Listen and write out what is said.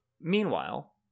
Meanwhile